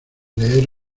leer